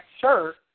shirt